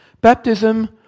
Baptism